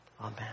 Amen